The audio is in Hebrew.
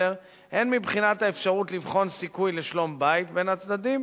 הן מבחינת האפשרות לבחון סיכוי לשלום-בית בין הצדדים